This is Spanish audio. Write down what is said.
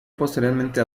posteriormente